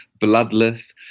bloodless